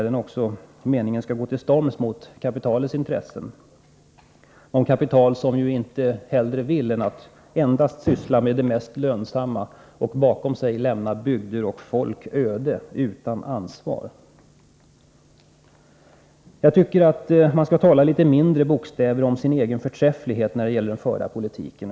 a. menar vi att man bör gå till storms mot kapitalets intressen, det kapital som helst endast vill syssla med det mest lönsamma och som utan ansvar lämnar folk och bygder öde. Enligt min mening bör man tala litet mindre om sin egen förträfflighet när det gäller den förda politiken.